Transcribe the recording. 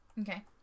Okay